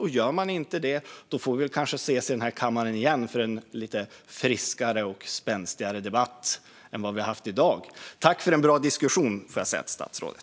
Om den inte gör det får vi kanske ses i kammaren igen för en lite friskare och spänstigare debatt än vad vi haft i dag. Jag tackar ändå statsrådet för en bra diskussion.